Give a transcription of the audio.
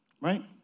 right